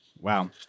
Wow